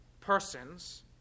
persons